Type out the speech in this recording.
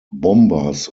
bombers